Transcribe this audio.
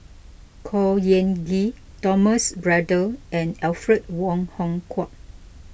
Khor Ean Ghee Thomas Braddell and Alfred Wong Hong Kwok